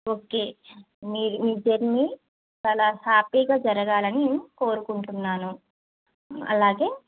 okay మీ మీ journey చాలా హ్యాపీగా జరగాలని నేను కోరుకుంటున్నాను అలాగే